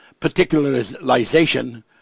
particularization